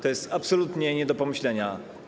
To jest absolutnie nie do pomyślenia.